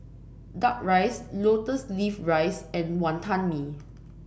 duck rice lotus leaf rice and Wantan Mee